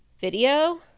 video